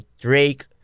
Drake